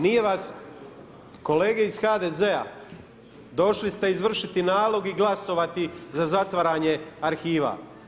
Nije vas, kolege iz HDZ-a, došli ste izvršiti nalog i glasovati za zatvaranje arhiva.